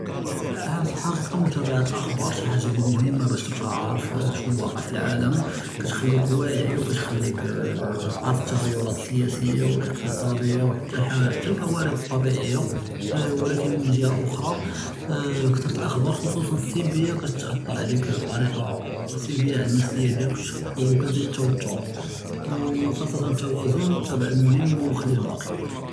פַל אה פַלחַקִיקַה מֻתָּאבַעַת לְאַחְבַּאר שִי חַאגַ'ה לִי מֻהִימָּה בַּאש תִּבְקَى עַארֵף שְנוּ וַاقֵע פַלְעָאלַם כּתְחַלִּיך וַאְעִי וּכּתְחַלִּיך אה עַארֵף תַּגְ'רִיַּאת סִיַאסִיַּה וּלְאֶקְתִצַּאדִיַּה וּחַתّى חַ חַתّى לְקוָארִית לַטְבִּיעִיַּה אה וְלָקִין מִן גַ'אנֵב אַחַר אה כַּתְרַת לְאַחְבַּאר כּוּחוּصַּאן אֶסְסְלְבִיַּה כּתְאַתֵּר עָלַיִך בִּطְרִיקַה סְלְבִיַּה עַלַא נַפְסִיַּת דִיַאלֶך וְש וְכּתְזִיד תַּתַוּר וְחַסָּא תַּוַאזוּן תַּאבְּע מֻהִימּ וְחַלִּי לְבַּאקִי.